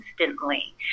instantly